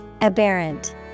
Aberrant